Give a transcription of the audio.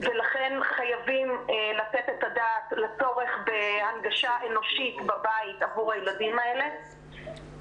ולכן חייבים לתת את הדעת לצורך בהנגשה אנושית בבית עבור הילדים האלה.